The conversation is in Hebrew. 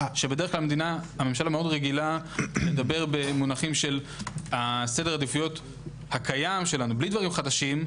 שבדרך כלל הממשלה רגילה מאוד לדבר במונחים של סדר עדיפויות הקיים שלה,